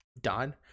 done